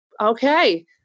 okay